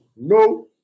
no